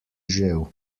žel